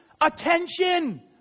Attention